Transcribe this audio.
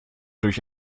durch